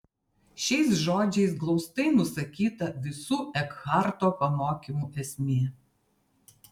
šiais žodžiais glaustai nusakyta visų ekharto pamokymų esmė